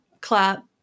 clap